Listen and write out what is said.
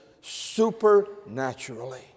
supernaturally